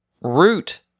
Root